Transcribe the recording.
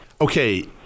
Okay